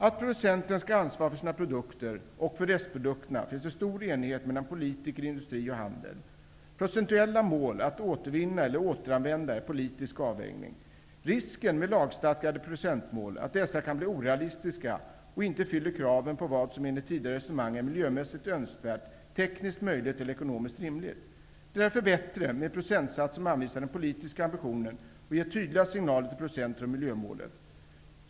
Att producenten skall ha ansvar för sina produkter och för restprodukterna finns det stor enighet om mellan politiker, industri och handel. Procentuella mål att återvinna eller återanvända är politisk avvägning. Risken med lagstadgade procentmål är att dessa kan bli orealistiska och inte fyller kraven på vad som, enligt tidigare resonemang, är miljömässigt önskvärt, tekniskt möjligt eller ekonomiskt rimligt. Det är därför bättre med procentsatser som anvisar den politiska ambitionen och ger tydliga signaler till producenterna om miljömålet.